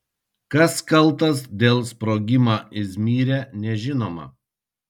kas kaltas dėl sprogimą izmyre nežinoma